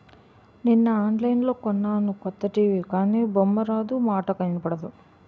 నిన్న ఆన్లైన్లో కొన్నాను కొత్త టీ.వి గానీ బొమ్మారాదు, మాటా ఇనబడదు